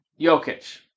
Jokic